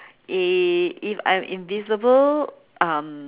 i~ if I'm invisible um